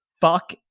fuck